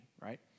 right